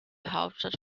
hauptstadt